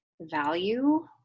value